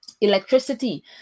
electricity